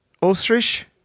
Ostrich